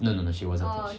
no no no she wasn't attached